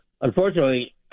Unfortunately